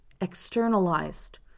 externalized